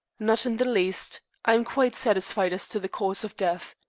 not in the least. i am quite satisfied as to the cause of death.